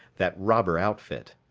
that robber outfit.